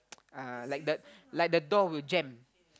uh like the like the door will jam